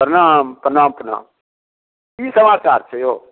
प्रणाम प्रणाम प्रणाम की समाचार छै यौ